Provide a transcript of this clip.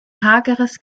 hageres